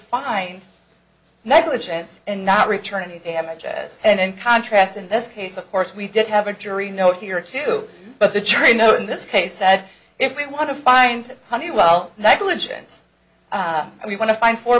find negligence and not return any damages and in contrast in this case of course we did have a jury note here too but the jury no in this case said if we want to find honeywell negligence we want to find for